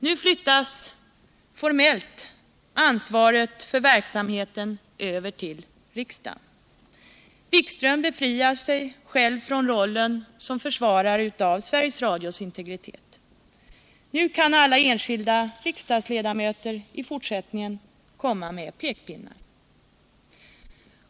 Nu flyttas formellt ansvaret för verksamheten över till riksdagen. Jan-Erik Wikström befriar sig själv från rollen som försvarare av Sveriges Radios integritet. Nu kan alla enskilda riksdagsledamöter i fortsättningen komma med pekpinnar.